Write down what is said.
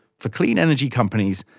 for clean energy companies,